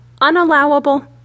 unallowable